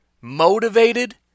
motivated